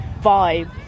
vibe